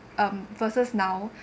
um versus now